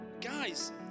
Guys